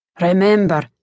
Remember